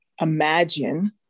imagine